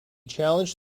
challenged